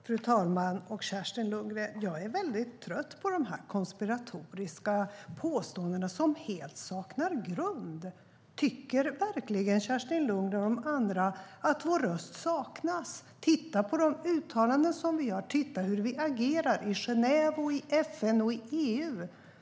Fru talman! Jag är väldigt trött på dessa konspiratoriska påståenden, som helt saknar grund, Kerstin Lundgren. Tycker verkligen Kerstin Lundgren och de andra att vår röst saknas? Titta på de uttalanden som vi gör, och titta på hur vi agerar i Genève, i FN och i EU.